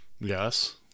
Yes